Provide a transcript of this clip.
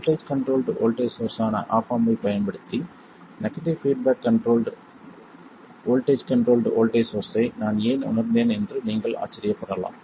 voltage controlled voltage source ஆன op amp ஐப் பயன்படுத்தி negative feedback control voltage controlled voltage சோர்ஸ்ஸை நான் ஏன் உணர்ந்தேன் என்று நீங்கள் ஆச்சரியப்படலாம்